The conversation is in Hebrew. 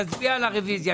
נצביע על הרוויזיה.